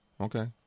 Okay